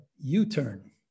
U-turn